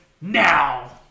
now